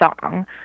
song